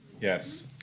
Yes